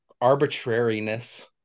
arbitrariness